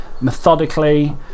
methodically